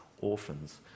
orphans